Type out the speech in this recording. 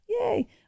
yay